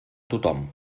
tothom